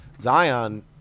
Zion